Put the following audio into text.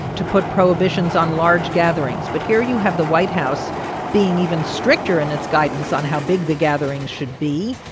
to put prohibitions on large gatherings. but here you have the white house being even stricter in its guidance on how big the gathering should be.